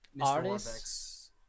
artists